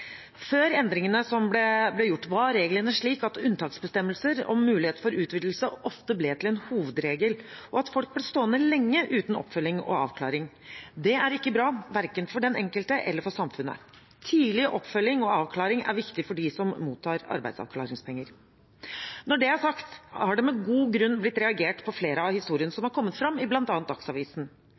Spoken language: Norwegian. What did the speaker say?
Før endringene ble gjort, var reglene slik at unntaksbestemmelser om mulighet for utvidelse ofte ble til en hovedregel, og at folk ble stående lenge uten oppfølging og avklaring. Det er ikke bra, verken for den enkelte eller for samfunnet. Tidlig oppfølging og avklaring er viktig for dem som mottar arbeidsavklaringspenger. Når det er sagt, har det med god grunn blitt reagert på flere av historiene som har kommet fram i